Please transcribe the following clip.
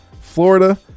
Florida